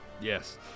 Yes